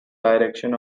direction